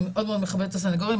אני מאוד מכבדת את הסנגורים,